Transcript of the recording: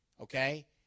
Okay